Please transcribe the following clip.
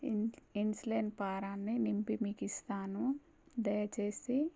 in ఇన్సలెన్ ఫారాన్ని నింపి మీకిస్తాను దయచేసి